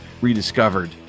Rediscovered